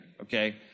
okay